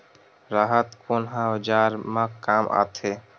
राहत कोन ह औजार मा काम आथे?